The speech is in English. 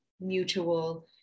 mutual